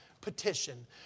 petition